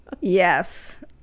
Yes